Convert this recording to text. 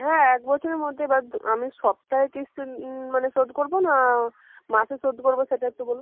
হ্যাঁ এক বছরের মধ্যে বাট আমি মানে সপ্তাহে কিস্তি মানে শোধ করবো না মাসে শোধ করবো সেটা একটু বলুন